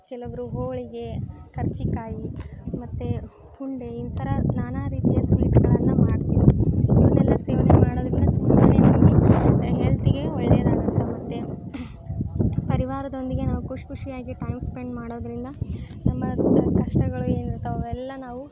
ಕೆಲ್ವೊಬ್ರು ಹೋಳಿಗೆ ಕರ್ಜಿ ಕಾಯಿ ಮತ್ತು ಹುಂಡೆ ಈ ಥರ ನಾನಾ ರೀತಿಯ ಸ್ವೀಟ್ಗಳನ್ನು ಮಾಡ್ತೀವಿ ಇವನ್ನೆಲ್ಲ ಸೇವನೆ ಮಾಡೋದರಿಂದ ತುಂಬನೇ ನಮಗೆ ಹೆಲ್ತಿಗೆ ಒಳ್ಳೆದಾಗುತ್ತೆ ಮತ್ತು ಪರಿವಾರದೊಂದಿಗೆ ನಾವು ಖುಷಿ ಖುಷಿಯಾಗಿ ಟೈಮ್ ಸ್ಪೆಂಡ್ ಮಾಡೋದರಿಂದ ನಮ್ಮ ಕಷ್ಟಗಳು ಏನು ಇರುತ್ತೆ ಅವೆಲ್ಲ ನಾವು